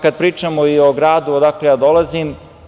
Kada pričamo i o gradu odakle ja dolazim.